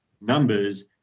numbers